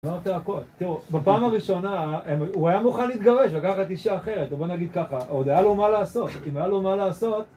תראו בפעם הראשונה הוא היה מוכן להתגרש לקחת אישה אחרת ובוא נגיד ככה עוד היה לו מה לעשות אם היה לו מה לעשות